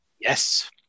Yes